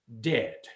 dead